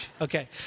Okay